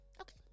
Okay